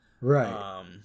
right